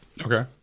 Okay